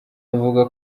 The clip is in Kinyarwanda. avuga